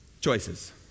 Choices